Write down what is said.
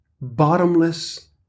bottomless